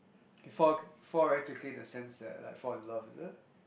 k fall fall very quickly in the sense that like fall in love is it